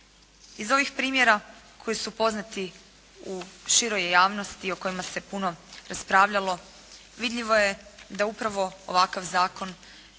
Iz ovih primjera koji su poznati u široj javnosti i o kojima se puno raspravljalo vidljivo je da upravo ovakav zakon